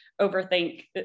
overthink